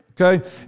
Okay